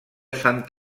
sant